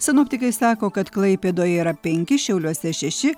sinoptikai sako kad klaipėdoje yra penki šiauliuose šeši